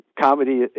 comedy